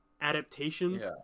adaptations